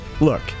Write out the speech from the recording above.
look